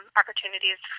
opportunities